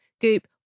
Goop